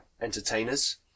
entertainers